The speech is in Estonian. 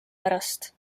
pärast